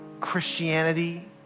Christianity